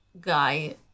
guy